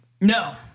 No